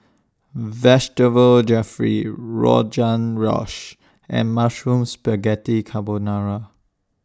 Vegetable Jalfrezi Rogan Josh and Mushroom Spaghetti Carbonara